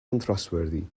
untrustworthy